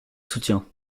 soutient